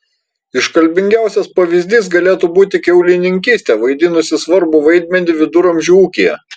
iškalbingiausias pavyzdys galėtų būti kiaulininkystė vaidinusi svarbų vaidmenį viduramžių ūkyje